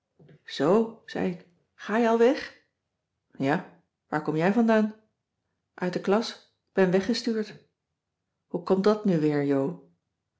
zoo zei ik ga je al weg ja waar kom jij vandaan uit de klas k ben weggestuurd hoe komt dat nu weer jo